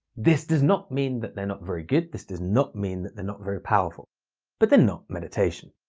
this does not mean that they're not very good this does not mean that they're not very powerful but they're not meditation.